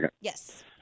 Yes